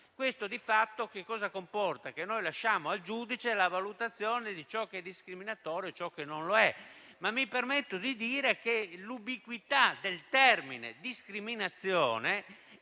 Questo di fatto comporta che si lasci al giudice la valutazione di ciò che è discriminatorio e di ciò che non lo è. Mi permetto di dire che l'ubiquità del termine discriminazione